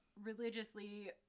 religiously